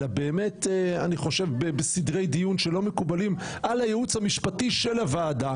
אלא באמת בסדרי דיון שלא מקובלים על הייעוץ המשפטי של הוועדה